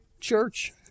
church